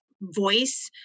voice